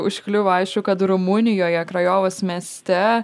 užkliuvo aišku kad rumunijoje krajovos mieste